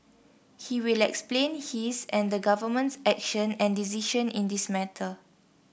he will explain his and the Government's action and decision in this matter